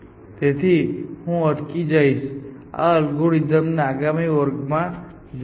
તેથી હું અહીં અટકી જઈશ અને આ અલ્ગોરિધમને આગામી વર્ગમાં જોઈશું